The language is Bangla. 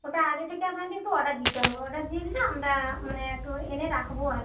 ওটা আগে থেকে আপনাকে একটু অর্ডার দিতে হবে অর্ডার দিয়ে দিলে আমরা মানে একটু এনে রাখব আর কি